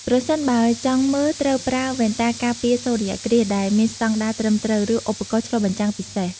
ប្រសិនបើចង់មើល ត្រូវប្រើ វ៉ែនតាការពារសូរ្យគ្រាស ដែលមានស្តង់ដារត្រឹមត្រូវ ឬឧបករណ៍ឆ្លុះបញ្ចាំងពិសេស ។